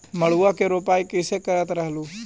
मड़उआ की रोपाई कैसे करत रहलू?